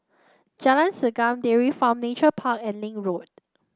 Jalan Segam Dairy Farm Nature Park and Link Road